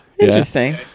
interesting